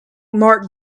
mark